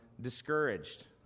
discouraged